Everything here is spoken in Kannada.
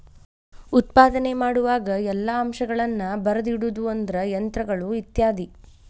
ಉತ್ಪಾದನೆ ಮಾಡುವಾಗ ಎಲ್ಲಾ ಅಂಶಗಳನ್ನ ಬರದಿಡುದು ಅಂದ್ರ ಯಂತ್ರಗಳು ಇತ್ಯಾದಿ